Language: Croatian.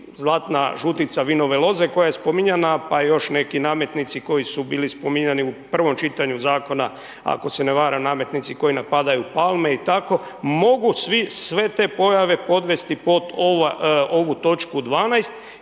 zlatna žutica vinove loze, koja je spominjana, pa i još neki nametnici koji su bili spominjani u prvom čitanju Zakona, ako se ne varam, nametnici koji napadaju palme i tako, mogu svi sve te pojave podvesti pod ovu toč. 12.